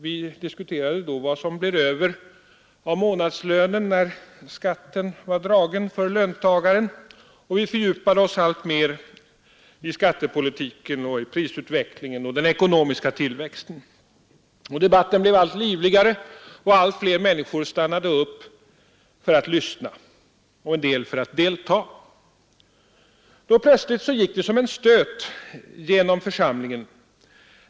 Vi diskuterade där vad som blev över av månadslönen för löntagaren när skatten var dragen, och vi fördjupade oss alltmer i skattepolitiken, prisutvecklingen och den ekonomiska tillväxten. Debatten blev allt livligare och allt fler människor stannade upp för att lyssna och en del för att delta. Då plötsligt gick det som en stöt genom församlingen.